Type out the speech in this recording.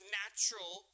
natural